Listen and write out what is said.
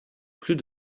plus